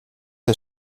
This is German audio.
der